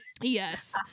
Yes